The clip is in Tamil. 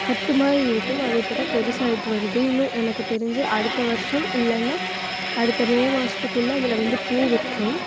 கட்டு மாதிரி இருக்கும் அது இப்போ தான் பெருசாக ஆயிட்டு வருது இன்னும் எனக்கு தெரிஞ்சு அடுத்த வருஷம் இல்லைன்னா அடுத்த மே மாஸ்த்துக்குள்ளே அதில் வந்து பூ விட்ரும்